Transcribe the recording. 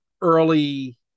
early